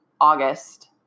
August